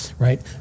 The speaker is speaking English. Right